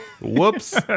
Whoops